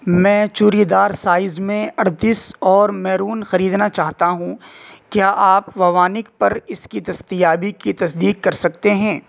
میں چوریدار سائز میں اڑتیس اور میرون خریدنا چاہتا ہوں کیا آپ ووانک پر اس کی دستیابی کی تصدیق کر سکتے ہیں